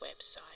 website